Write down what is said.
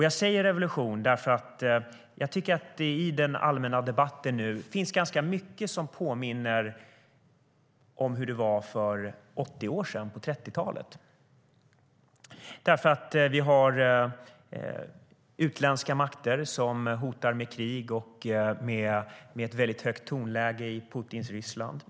Jag säger "revolution", för jag tycker att det i den allmänna debatten finns ganska mycket som påminner om hur det var för 80 år sedan, på 30-talet. Vi har utländska makter som hotar med krig. Vi har ett högt tonläge i Putins Ryssland.